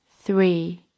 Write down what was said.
Three